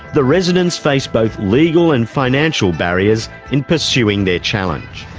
the residents face both legal and financial barriers in pursuing their challenge.